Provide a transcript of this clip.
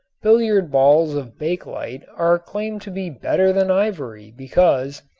billiard balls of bakelite are claimed to be better than ivory because,